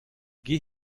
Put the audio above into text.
geh